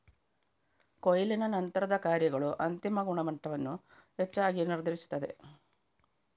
ಕೊಯ್ಲಿನ ನಂತರದ ಕಾರ್ಯಗಳು ಅಂತಿಮ ಗುಣಮಟ್ಟವನ್ನು ಹೆಚ್ಚಾಗಿ ನಿರ್ಧರಿಸುತ್ತದೆ